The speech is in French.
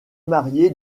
marié